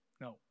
No